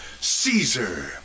Caesar